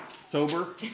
Sober